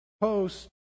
Post